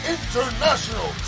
International